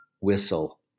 whistle